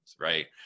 Right